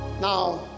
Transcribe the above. Now